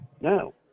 No